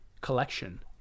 collection